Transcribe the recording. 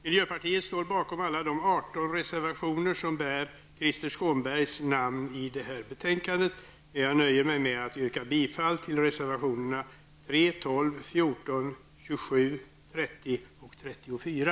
Miljöpartiet står bakom alla de 18 reservationer i detta betänkande som bär Krister Skånbergs namn, men jag nöjer mig med att yrka bifall till reservationerna 3, 12, 14, 27, 30 och 34.